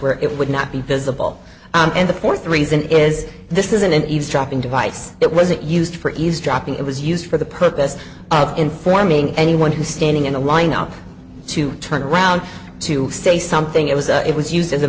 where it would not be visible and the fourth reason is this isn't an eavesdropping device that wasn't used for eavesdropping it was used for the purpose of informing anyone who's standing in a line up to turn around to say something it was it was used as a